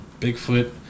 Bigfoot